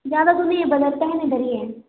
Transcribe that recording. ज्यादा दूर नहीं है बलसता है न इधर ही है